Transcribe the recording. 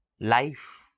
life